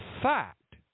fact